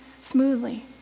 smoothly